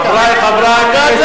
חברי חברי הכנסת,